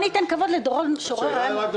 אני